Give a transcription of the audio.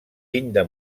llinda